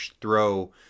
throw